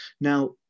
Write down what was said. now